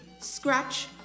scratch